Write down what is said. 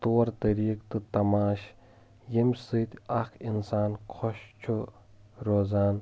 طور طٔریٖقہٕ تہٕ تماش ییٚمہِ سۭتۍ اکھ انسان خۄش چھُ روزان